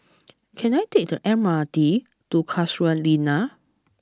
can I take the M R T to Casuarina